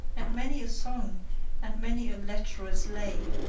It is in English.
and many a song and many a lecherous lay,